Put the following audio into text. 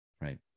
Right